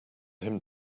him